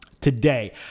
today